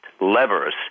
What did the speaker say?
levers